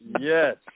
Yes